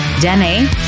Dene